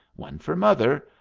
one for mother,